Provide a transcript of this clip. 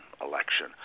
election